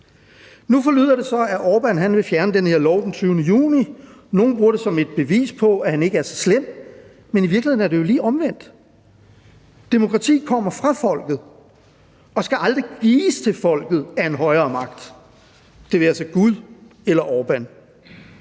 Nu forlyder det så, at Orbán vil fjerne den her lov den 20. juni. Nogle bruger det som et bevis på, at han ikke er så slem, men i virkeligheden er det jo lige omvendt. Demokrati kommer fra folket og skal aldrig gives til folket af en højere magt – det være sig gud eller Orbán.